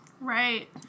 Right